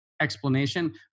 explanation